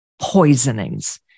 poisonings